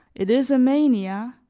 it is a mania,